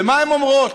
ומה הן אומרות?